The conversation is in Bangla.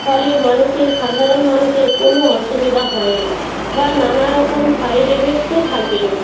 ফলে মানুষের সাধারণ মানুষের কোনও অসুবিধা হয় না বা নানারকম সাইড এফেক্টও থাকে না